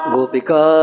Gopika